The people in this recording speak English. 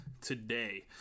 today